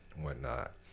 whatnot